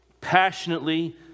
passionately